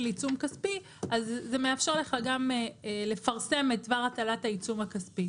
עיצום כספי אז זה מאפשר לך גם לפרסם את דבר הטלת העיצום הכספי